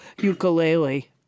ukulele